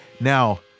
Now